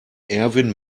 erwin